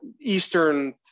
Eastern